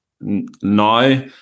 now